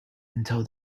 until